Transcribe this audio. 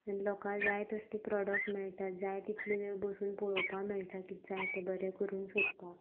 आनी लोकां जाय तसले प्रॉडक्ट मेळटा जाय तितले वेळ बसून पळोवपा मेळटा कितें जाय तें बरें करून सोदपा